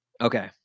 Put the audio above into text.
Okay